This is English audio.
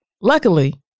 Luckily